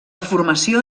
formació